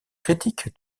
critique